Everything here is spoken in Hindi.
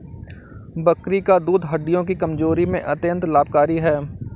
बकरी का दूध हड्डियों की कमजोरी में अत्यंत लाभकारी है